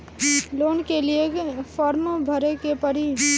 Loan के लिए form भरे के पड़ी?